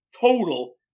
total